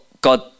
God